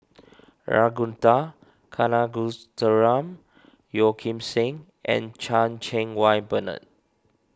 Ragunathar Kanagasuntheram Yeo Kim Seng and Chan Cheng Wah Bernard